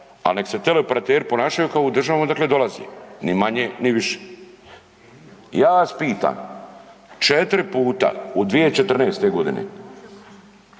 ali neka se teleoperateri ponašaju kao u državama odakle dolaze, ni manje ni više. Ja vas pitam, 4 puta u 2014. godini